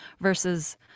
versus